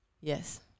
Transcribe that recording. Yes